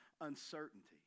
uncertainty